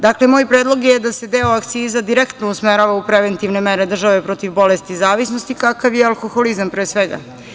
Dakle, moj predlog je da se deo akciza direktno usmerava u preventivne mere države protiv bolesti zavisnosti, kakav je alkoholizam, pre svega.